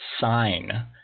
sign